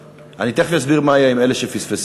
אני תכף אסביר מה יהיה עם אלה שפספסו,